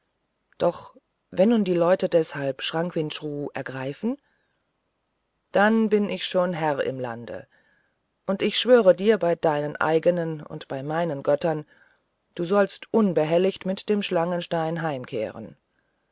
doch wenn nun die leute deshalb chranquinchru greifen dann bin ich schon herr im lande und ich schwöre dir bei deinen eigenen und bei meinen göttern du sollst unbehelligt mit dem schlangenstein heimkehren